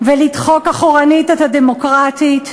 ולדחוק אחורנית את ה"דמוקרטית".